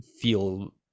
feel